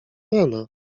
rana